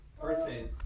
birthday